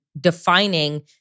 defining